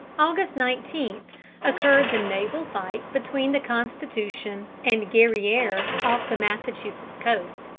august nineteen occurred the naval fight between the constitution and guerriere, off the massachusetts coast.